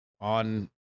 on